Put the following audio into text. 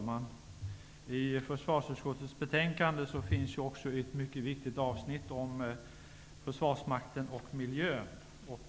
Herr talman! I försvarsutskottets betänkande finns det också ett mycket viktigt avsnitt om försvarsmakten och miljön.